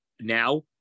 now